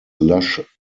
lush